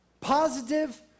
Positive